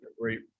great